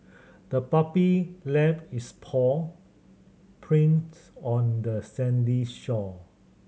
the puppy left its paw prints on the sandy shore